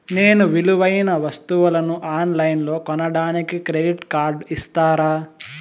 నేను విలువైన వస్తువులను ఆన్ లైన్లో కొనడానికి క్రెడిట్ కార్డు ఇస్తారా?